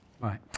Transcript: Right